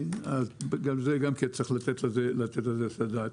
גם על זה צריך לתת את הדעת.